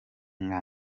nka